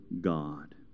God